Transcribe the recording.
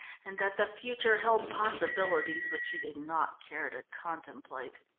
and that the future held possibilities which he did not care to contemplate.